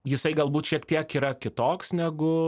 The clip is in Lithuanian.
jisai galbūt šiek tiek yra kitoks negu